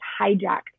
hijacked